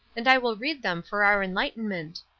and i will read them for our enlightenment.